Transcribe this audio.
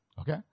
Okay